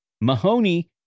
Mahoney